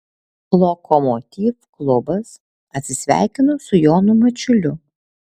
lokomotiv klubas atsisveikino su jonu mačiuliu